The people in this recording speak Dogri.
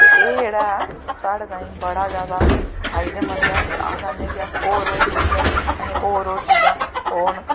ते एह् जेह्ड़ा साढ़े तांई बड़ा जादा फायदेमंद ऐ ते अस चाह्न्ने कि अस होर होर जुड़चै असें होर होर चीजां ओह् न